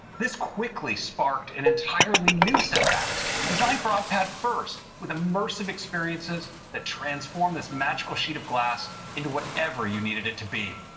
this quickly sparked an entirely new set of apps, designed for ipad first, with immersive experiences that transform this magical sheet of glass into whatever you needed it to be.